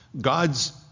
God's